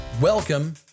Welcome